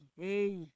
hey